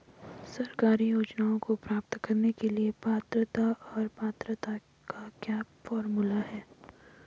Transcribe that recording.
सरकारी योजनाओं को प्राप्त करने के लिए पात्रता और पात्रता का क्या फार्मूला है?